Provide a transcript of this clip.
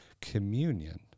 communion